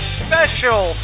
special